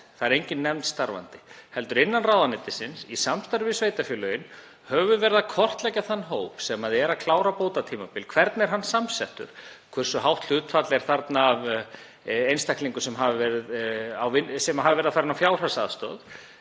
það er engin nefnd starfandi, heldur innan ráðuneytisins í samstarfi við sveitarfélögin verið að kortleggja þann hóp sem er að klára bótatímabil. Hvernig er hann samsettur? Hversu hátt hlutfall er þarna af einstaklingum sem hafa verið að fá fjárhagsaðstoð?